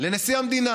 לנשיא המדינה.